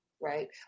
Right